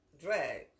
drag